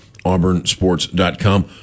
AuburnSports.com